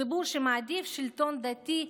ציבור שמעדיף שלטון דתי,